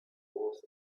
oath